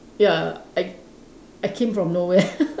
ya I I came from nowhere